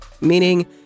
meaning